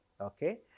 Okay